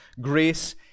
Grace